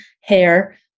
hair